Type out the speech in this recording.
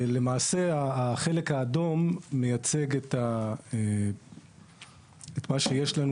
למעשה החלק האדום מייצג את מה שיש לנו